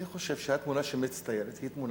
אני חושב שהתמונה שמצטיירת היא תמונה